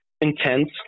intense